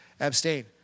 abstain